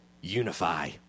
unify